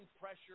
pressure